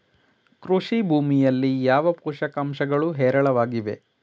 ಕೃಷಿ ಭೂಮಿಯಲ್ಲಿ ಯಾವ ಪೋಷಕಾಂಶಗಳು ಹೇರಳವಾಗಿವೆ?